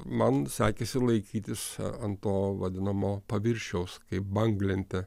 man sekėsi laikytis ant to vadinamo paviršiaus kaip banglente